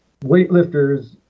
weightlifters